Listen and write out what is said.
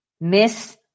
Miss